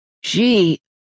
She-